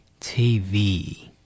TV